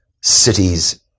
cities